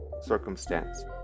circumstance